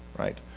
right?